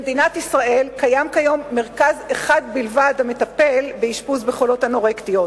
במדינת ישראל קיים כיום מרכז אחד בלבד המטפל באשפוז בחולות אנורקטיות,